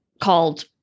called